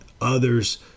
others